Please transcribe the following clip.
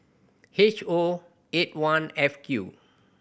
H O eight one F Q